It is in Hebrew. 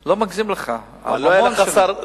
לא מגזים לך, המון שנים.